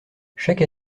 chaque